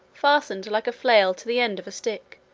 fastened like a flail to the end of a stick,